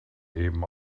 eben